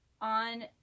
on